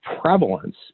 prevalence